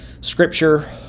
Scripture